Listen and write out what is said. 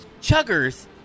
Chuggers